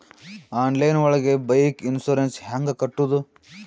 Online ಒಳಗೆ bike insurance ಹ್ಯಾಂಗ್ ಕಟ್ಟುದು?